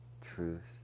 truth